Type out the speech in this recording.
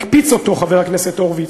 הקפיץ אותו, חבר הכנסת הורוביץ,